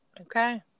okay